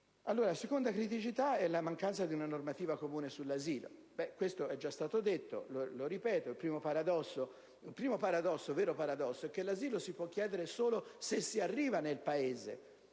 La seconda criticità riguarda la mancanza di una normativa comune sull'asilo. Questo è già stato detto, e lo ripeto: il primo, vero paradosso è che l'asilo si può chiedere solo se si arriva nel Paese